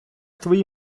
твої